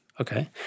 Okay